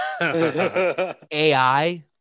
AI